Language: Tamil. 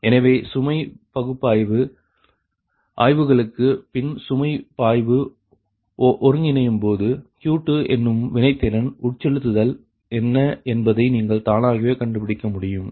எனவே சுமை பாய்வு ஆய்வுகளுக்கு பின் சுமை பாய்வு ஒருங்கிணையும்போது Q2 என்னும் வினைத்திறன் உட்செலுத்தல் என்ன என்பதை நீங்கள் தானாகவே கண்டுபிடிக்க முடியும்